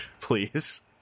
please